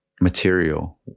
material